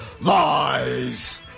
Lies